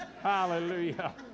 Hallelujah